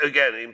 Again